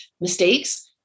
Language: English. mistakes